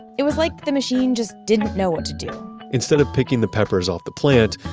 it was like the machine just didn't know what to do instead of picking the peppers off the plant,